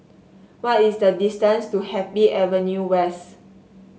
what is the distance to Happy Avenue West